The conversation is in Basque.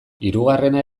hirugarrena